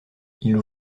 ils